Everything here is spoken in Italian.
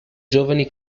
giovani